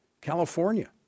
California